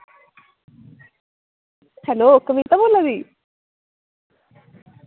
hello Kavita बोल्ला दी